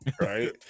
Right